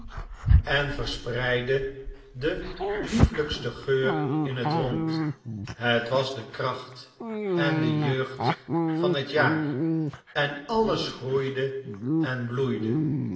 en verspreidde den liefelijksten geur in het rond het was de kracht en de jeugd van het jaar en alles groeide en bloeide